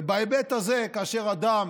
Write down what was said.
ובהיבט הזה, כאשר אדם